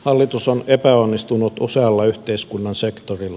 hallitus on epäonnistunut usealla yhteiskunnan sektorilla